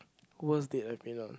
worst date I've been on